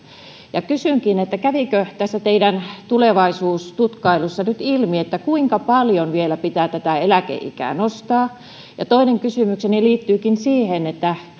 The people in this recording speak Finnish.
kysynkin kävikö tässä teidän tulevaisuustutkailussanne nyt ilmi kuinka paljon vielä pitää eläkeikää nostaa toinen kysymykseni liittyykin siihen